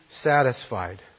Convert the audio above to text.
satisfied